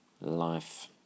life